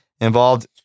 involved